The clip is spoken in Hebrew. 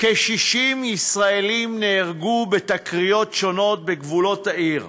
נהרגו כ-60 ישראלים בתקריות שונות בגבולות העיר.